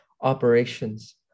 Operations